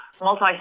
multi